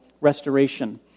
restoration